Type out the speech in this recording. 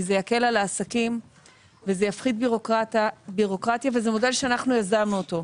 זה יקל על העסקים וזה יפחית בירוקרטיה וזה מודל שאנחנו יזמנו אותו.